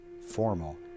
formal